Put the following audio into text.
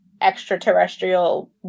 extraterrestrial